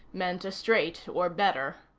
meant a straight or better.